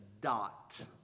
dot